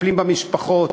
מטפלים במשפחות,